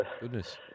goodness